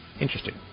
Interesting